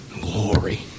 glory